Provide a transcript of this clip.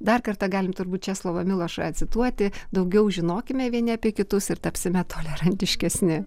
dar kartą galim turbūt česlovą milošą cituoti daugiau žinokime vieni apie kitus ir tapsime tolerantiškesni